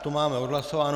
To máme odhlasováno.